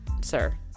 sir